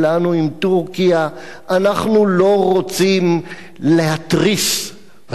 טורקיה אנחנו לא רוצים להתריס בדבר הזה,